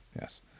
yes